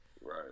Right